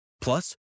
Plus